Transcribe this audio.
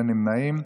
אין נמנעים.